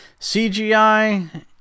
CGI